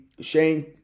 Shane